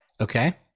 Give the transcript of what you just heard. Okay